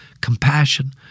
Compassion